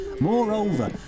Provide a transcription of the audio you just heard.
Moreover